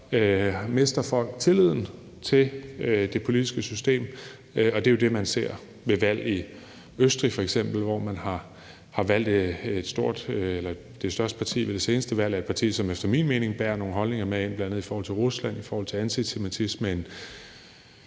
mister folk tilliden til det politiske system, og det er jo det, man ser ved valg i f.eks. Østrig, hvor det største parti efter det seneste valg er et parti, som efter min mening bærer nogle holdninger med ind, bl.a. i forhold til Rusland, i forhold til antisemitisme og